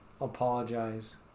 Apologize